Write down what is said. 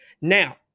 Now